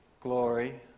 glory